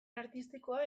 artistikoa